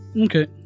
Okay